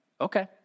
Okay